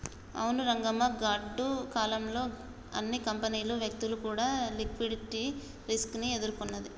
అవును రంగమ్మ గాడ్డు కాలం లో అన్ని కంపెనీలు వ్యక్తులు కూడా లిక్విడిటీ రిస్క్ ని ఎదుర్కొన్నది